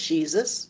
Jesus